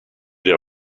der